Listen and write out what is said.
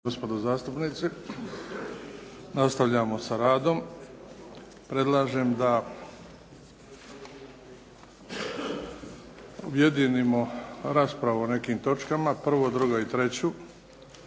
gospodo zastupnici. Nastavljamo sa radom. Predlažem da objedinimo raspravu o nekim točkama, prvu, dugu i treću,